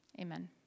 Amen